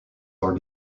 are